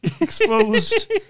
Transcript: exposed